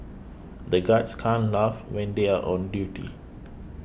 the guards can't laugh when they are on duty